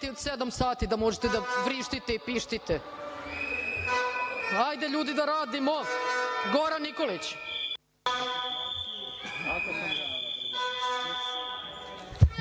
sedam sati da možete da vrištite i pištite. Hajde, ljudi, da radimo. Goran Nikolić,